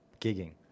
gigging